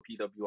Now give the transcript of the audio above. PWI